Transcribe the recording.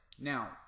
now